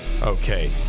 Okay